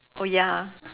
oh ya ah